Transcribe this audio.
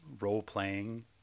role-playing